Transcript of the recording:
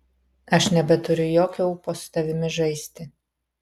aš nebeturiu jokio ūpo su tavimi žaisti